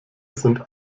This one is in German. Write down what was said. sind